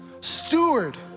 Steward